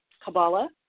Kabbalah